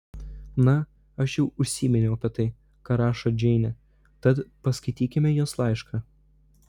na aš jau užsiminiau apie tai ką rašo džeinė tad paskaitykime jos laišką